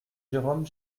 jérôme